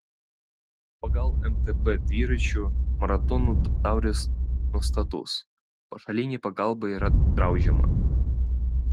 pagal mtb dviračių maratonų taurės nuostatus pašalinė pagalba yra draudžiama